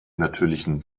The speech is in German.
natürlichen